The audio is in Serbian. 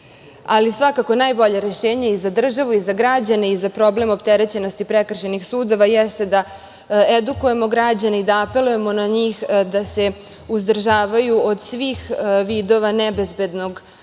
oštećena. Svakako najbolje rešenje i za državu i za građane i za problem opterećenosti prekršajnih sudova jeste da edukujemo građane i da apelujemo na njih da se uzdržavaju od svih vidova nebezbednog